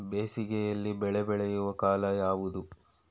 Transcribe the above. ಬೇಸಿಗೆ ಯಲ್ಲಿ ಬೆಳೆ ಬೆಳೆಯುವ ಕಾಲ ಯಾವುದು?